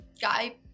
guy